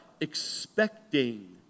Expecting